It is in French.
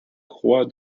croix